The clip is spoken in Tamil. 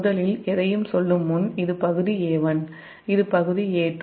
முதலில் எதையும் சொல்லும் முன் இது பகுதி A1 இது பகுதி A2